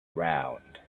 round